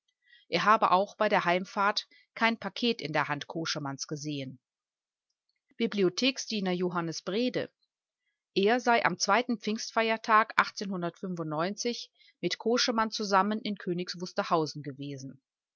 er habe auch bei der heimfahrt kein paket in der hand koschemanns gesehen bibliotheksdiener johannes brede er sei am pfingsttage mit koschemann zusammen in königs wusterhausen gewesen